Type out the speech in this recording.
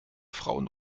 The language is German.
frauen